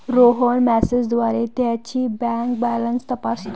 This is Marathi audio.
रोहन मेसेजद्वारे त्याची बँक बॅलन्स तपासतो